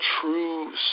true